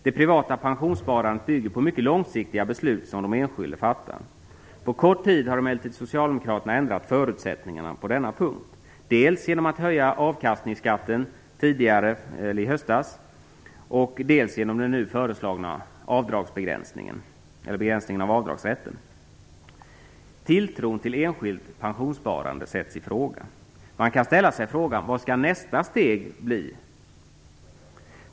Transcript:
Det privata pensionssparandet bygger på mycket långsiktiga beslut som fattas av den enskilde. På kort tid har socialdemokraterna emellertid ändrat förutsättningarna på denna punkt, dels genom att höja avkastningsskatten i höstas, dels genom den nu föreslagna begränsningen av avdragsrätten. Tilltron till enskilt pensionssprande sätts ifråga. Man kan ställa sig frågan: Vad skall nästa steg bli?